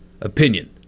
opinion